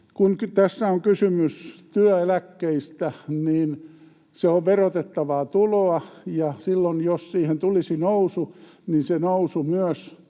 Kun tässä on kysymys työeläkkeistä, niin se on verotettavaa tuloa, ja silloin jos niihin tulisi nousu, myös se nousu olisi